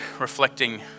reflecting